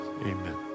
amen